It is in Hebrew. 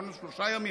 בעוד שלושה ימים.